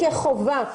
כחובה.